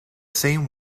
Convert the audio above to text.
same